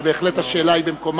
השאלה בהחלט במקומה.